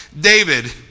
David